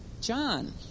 John